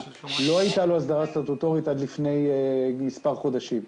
לא הייתה לו הסדרה סטטוטורית עד לפני כמה חודשים.